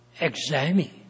examine